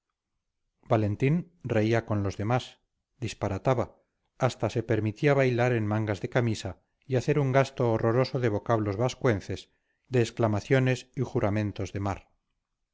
valentín reía con los demás disparataba hasta se permitía bailar en mangas de camisa y hacer un gasto horroroso de vocablos vascuences de exclamaciones y juramentos de mar